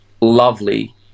lovely